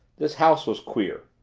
this house was queer.